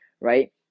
right